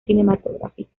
cinematográfica